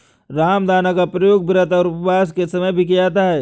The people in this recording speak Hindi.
रामदाना का प्रयोग व्रत और उपवास के समय भी किया जाता है